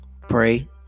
pray